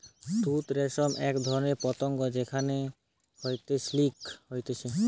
তুত রেশম এক ধরণের পতঙ্গ যেখান হইতে সিল্ক হতিছে